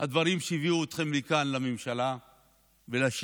הדברים שהביאו אתכם לכאן, לממשלה ולשלטון,